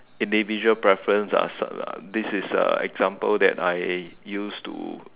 individual preference ah sort of this is a example that I use to